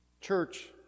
Church